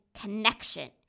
connection